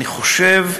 אני חושב,